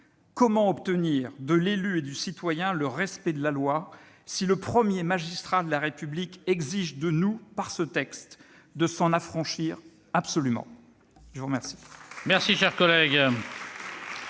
Comment obtenir de l'élu et du citoyen le respect de la loi si le premier magistrat de la République exige de nous, par ce texte, de s'en affranchir absolument ? La parole